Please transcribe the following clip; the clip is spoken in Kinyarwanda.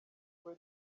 kwe